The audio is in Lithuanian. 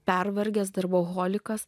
pervargęs darboholikas